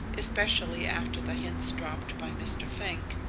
especially after the hints dropped by mr. fink,